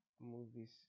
movies